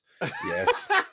yes